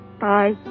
Bye